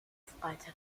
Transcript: freitag